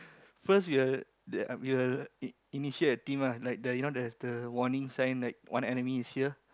first we'll the we'll ini~ initiate a team lah like the you know there's the warning sign like one enemy is here